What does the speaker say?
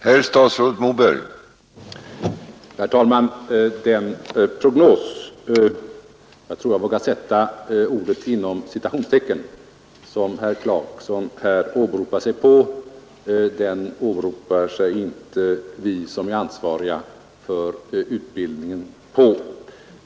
Herr talman! Den ”prognos” — jag tror jag vågar sätta ordet inom citationstecken — som herr Clarkson talar om åberopar inte vi oss på, vi som är ansvariga för utbildningen.